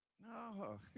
No